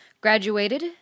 Graduated